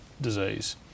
disease